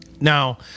Now